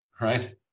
right